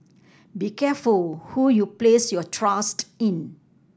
be careful who you place your trust in